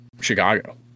Chicago